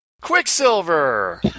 Quicksilver